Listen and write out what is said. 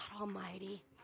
Almighty